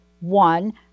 one